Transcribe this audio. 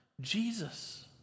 Jesus